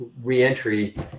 re-entry